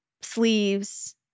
sleeves